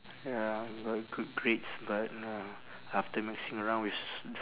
ya I got good grades but ya after mixing around with t~